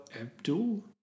Abdul